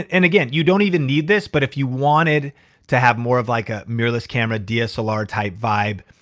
and again, you don't even need this, but if you wanted to have more of like a mirror-less camera dslr type vibe,